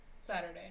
Saturday